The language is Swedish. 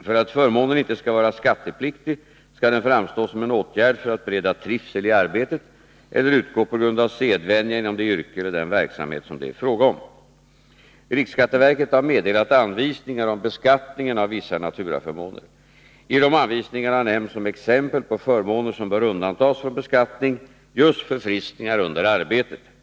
För att förmånen inte skall vara skattepliktig skall den framstå som en åtgärd för att bereda trivsel i arbetet eller utgå på grund av sedvänja inom det yrke eller den verksamhet som det är fråga om. Riksskatteverket har meddelat anvisningar om beskattningen av vissa naturaförmåner. I dessa anvisningar nämns som exempel på förmåner som bör undantas från beskattning just förfriskningar under arbetet .